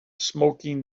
smoking